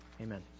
amen